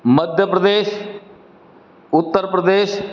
Madhya Pradesh Uttar Pradesh